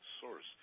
source